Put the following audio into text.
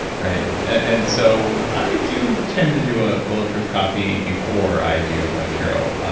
right? and so i do tend to do a bulletproof coffee before i do my car o l,